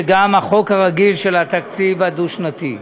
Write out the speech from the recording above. וגם החוק הרגיל של התקציב הדו-שנתי.